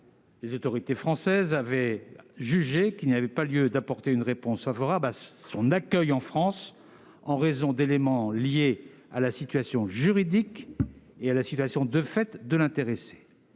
le passé ; elles avaient alors jugé qu'il n'y avait pas lieu d'apporter une réponse favorable à son accueil en France, en raison d'éléments liés à la situation juridique et à la situation de fait de l'intéressé.